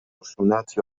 خشونت